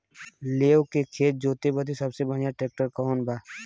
लेव के खेत जोते बदे सबसे बढ़ियां ट्रैक्टर कवन बा?